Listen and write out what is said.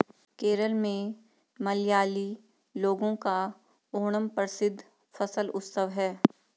केरल में मलयाली लोगों का ओणम प्रसिद्ध फसल उत्सव है